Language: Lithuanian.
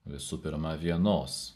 visų pirma vienos